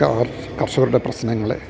കർഷകരുടെ പ്രശ്നങ്ങളെ